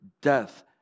death